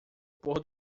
pôr